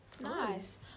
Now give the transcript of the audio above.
nice